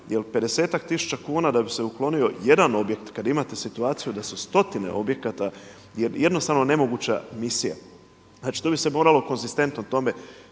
tisuća kuna da bi se uklonio jedan objekt. Kada imate situaciju da su stotine objekata je jednostavno nemoguća misija. Znači tu bi se moralo konzistentno tome